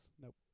Nope